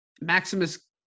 Maximus